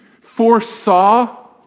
foresaw